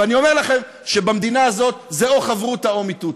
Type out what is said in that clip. ואני אומר לכם שבמדינה הזאת זה או חברותא או מיתותא.